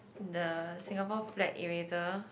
the Singapore flag eraser